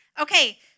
Okay